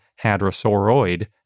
hadrosauroid